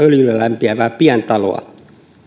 öljyllä lämpiävää pientaloa